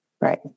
Right